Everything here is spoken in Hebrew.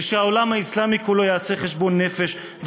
ושהעולם האסלאמי כולו יעשה חשבון נפש,